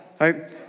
right